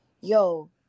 yo